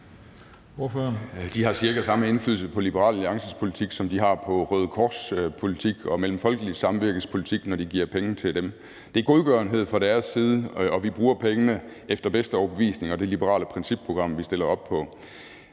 De har cirka den samme indflydelse på Liberal Alliances politik, som de har på Røde Kors' politik og Mellemfolkeligt Samvirkes politik, når de giver penge til dem. Det er godgørenhed fra deres side, og vi bruger pengene efter bedste overbevisning og det liberale principprogram, som vi stiller op på.